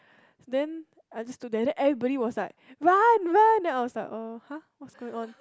then I just stood there then everybody was like run run then I was like uh !huh! what's going on